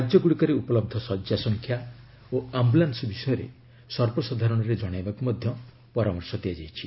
ରାଜ୍ୟଗୁଡ଼ିକରେ ଉପଲହ୍ଧ ଶଯ୍ୟା ସଂଖ୍ୟା ଓ ଆମ୍ଭୁଲାନ୍ୱ ବିଷୟରେ ସର୍ବସାଧାରଣରେ ଜଣାଇବାକୁ ମଧ୍ୟ ପରାମର୍ଶ ଦିଆଯାଇଛି